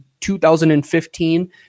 2015